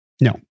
No